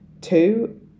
Two